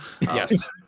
Yes